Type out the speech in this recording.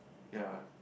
yea